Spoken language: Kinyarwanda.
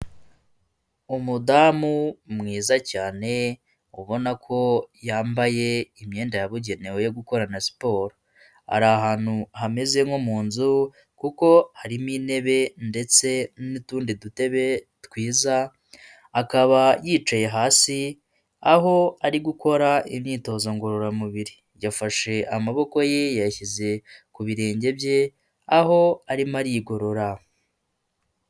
Umudamu mwiza cyane ubona ko yambaye imyenda yabugenewe yo gukorana siporo, ari ahantu hameze nko mu nzu kuko harimo intebe ndetse n'utundi dutebe twiza, akaba yicaye hasi aho ari gukora imyitozo ngororamubiri yafashe amaboko ye yayashyize ku birenge bye aho arimo arigorora.